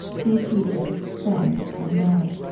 dear teacher, friend and guide.